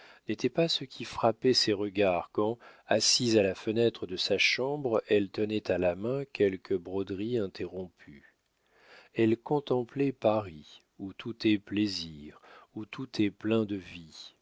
n'était pas ce qui frappait ses regards quand assise à la fenêtre de sa chambre elle tenait à la main quelque broderie interrompue elle contemplait paris où tout est plaisir où tout est plein de vie